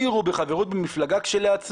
אני מדבר על שלוש דרגות בכירות בעירייה שזה מנכ"ל,